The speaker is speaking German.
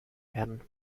werden